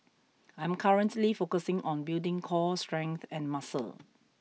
I am currently focusing on building core strength and muscle